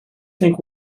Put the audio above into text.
think